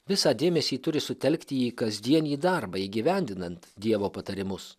visą dėmesį turi sutelkti į kasdienį darbą įgyvendinant dievo patarimus